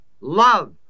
Love